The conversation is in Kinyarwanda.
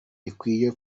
rikwiye